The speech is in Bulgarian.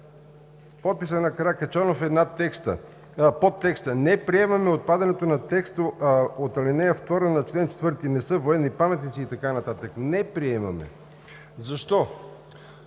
Подписът на Каракачанов е под текста: „Не приемаме отпадането на текста от ал. 2 на чл. 4. „не са военни паметници и така нататък“.“ Не приемаме! Защо?